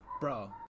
bro